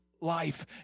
life